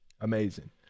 amazing